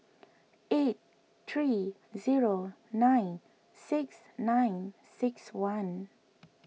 eight three zero nine six nine six one